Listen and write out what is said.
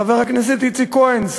חבר הכנסת איציק כהן,